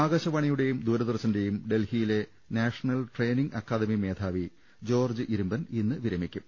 ആകാശവാണിയുടെയും ദൂരദർശന്റെയും ഡൽഹിയിലെ national training academy മേധാവി ജോർജ്ജ് ഇരുമ്പൻ ഇന്ന് വിരമി ക്കും